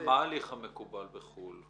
מה ההליך המקובל בחו"ל?